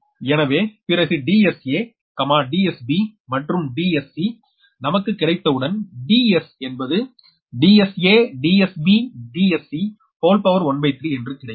இது எனவே பிறகு DsaDsb மற்றும் Dsc நமக்கு கிடைத்தவுடன் Ds என்பது 13 என்று கிடைக்கும்